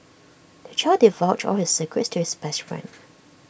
the child divulged all his secrets to his best friend